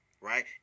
Right